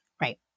Right